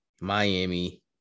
Miami